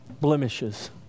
blemishes